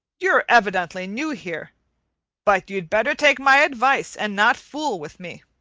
you're evidently new here but you'd better take my advice and not fool with me.